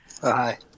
Hi